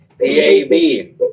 P-A-B